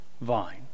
vine